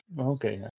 Okay